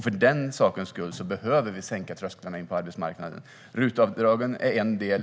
För den sakens skull behöver vi sänka trösklarna in på arbetsmarknaden. RUT-avdragen är en del.